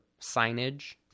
signage